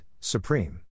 supreme